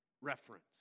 reference